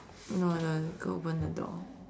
no the girl open the door